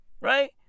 Right